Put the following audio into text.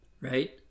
Right